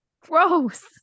gross